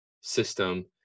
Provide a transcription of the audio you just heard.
system